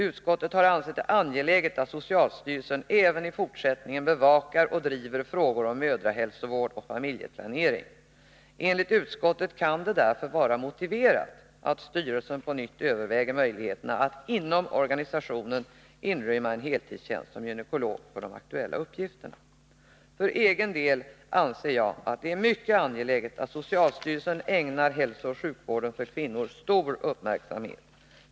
Utskottet har ansett det angeläget att socialstyrelsen även i fortsättningen bevakar och driver frågor om mödrahälsovård och familjeplanering. Enligt utskottet kan det därför vara motiverat att styrelsen på nytt överväger möjligheterna att inom organisationen inrymma en heltidstjänst som gynekolog för de aktuella uppgifterna. För egen del anser jag att det är mycket angeläget att socialstyrelsen ägnar hälsooch sjukvården för kvinnor stor uppmärksamhet.